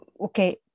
okay